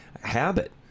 Habit